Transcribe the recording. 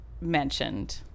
mentioned